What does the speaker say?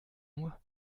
moi